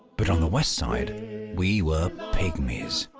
but on the west side we were pigmies,